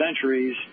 centuries